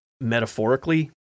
metaphorically